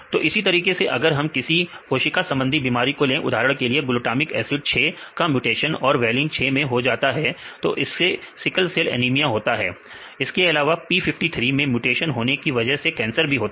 तो इसी तरीके से अगर हम किसी कोशिका संबंधी बीमारी को ले उदाहरण के लिए ग्लूटामिक एसिड 6 का म्यूटेशन अगर वैलीन में हो तो इससे सिकल सेल एनीमिया होता है इसके अलावा p53 मैं म्यूटेशन होने की वजह से कैंसर भी हो सकता है